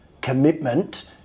commitment